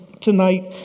tonight